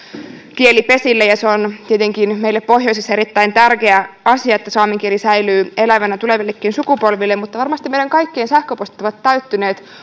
kielipesille ja se on tietenkin meille pohjoisessa erittäin tärkeä asia että saamen kieli säilyy elävänä tulevillekin sukupolville mutta varmasti meidän kaikkien sähköpostit ovat täyttyneet